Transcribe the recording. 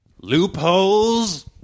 Loopholes